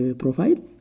profile